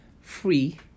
free